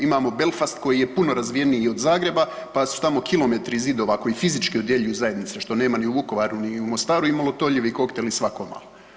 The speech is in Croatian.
Imamo Belfast koji je puno razvijeniji i od Zagreba, pa su tamo kilometri zidova koji fizički odjeljuju zajednice, što nema ni u Vukovaru, ni u Mostaru i molotovljevi kokteli svako malo.